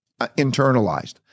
internalized